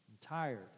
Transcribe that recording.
tired